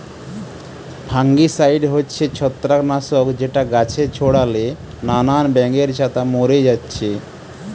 fungicide হচ্ছে ছত্রাক নাশক যেটা গাছে ছোড়ালে নানান ব্যাঙের ছাতা মোরে যাচ্ছে